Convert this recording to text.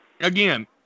again